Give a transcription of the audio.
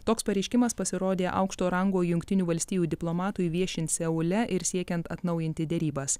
toks pareiškimas pasirodė aukšto rango jungtinių valstijų diplomatui viešint seule ir siekiant atnaujinti derybas